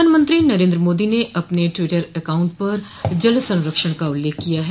प्रधानमंत्री नरेन्द्र मोदी ने अपने ट्विटर अकाउंट पर जल संरक्षण का उल्लेख किया है